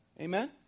Amen